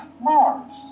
Mars